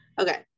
Okay